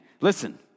listen